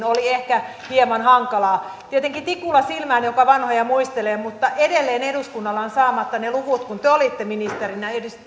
oli ehkä hieman hankalaa tietenkin tikulla silmään joka vanhoja muistelee mutta edelleen eduskunnalla on saamatta ne luvut siitä kun te olitte ministerinä